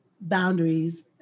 boundaries